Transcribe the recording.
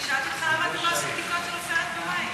אני שאלתי אותך למה אתם לא עושים בדיקות של עופרת במים,